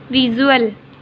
visual